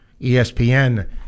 ESPN